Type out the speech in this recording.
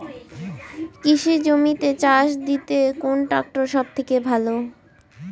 কৃষি জমিতে চাষ দিতে কোন ট্রাক্টর সবথেকে ভালো?